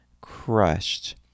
crushed